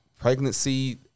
Pregnancy